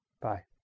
Bye